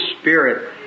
Spirit